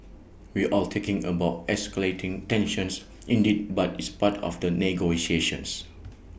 we're all talking about escalating tensions indeed but it's part of the negotiations